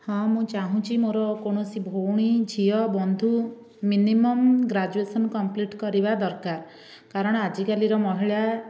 ହଁ ମୁଁ ଚାଁହୁଛି ମୋର କୌଣସି ଭଉଣୀ ଝିଅ ବନ୍ଧୁ ମିନିମମ୍ ଗ୍ରାଜୁଏସନ୍ କମ୍ପ୍ଲିଟ୍ କରିବା ଦରକାର କାରଣ ଆଜିକାଲିର ମହିଳା